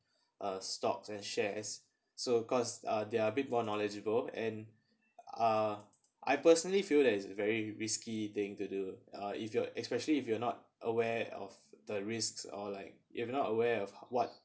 uh stocks and shares so course uh they are a bit more knowledgeable and uh I personally feel that is very risky thing to do uh if you especially if you not aware of the risks or like if you not aware of what